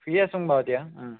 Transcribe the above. ঠিকে আছোঁ বাৰু এতিয়া ও